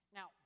Now